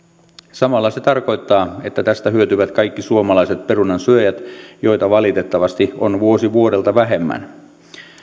samalla se tarkoittaa että tästä hyötyvät kaikki suomalaiset perunansyöjät joita valitettavasti on vuosi vuodelta vähemmän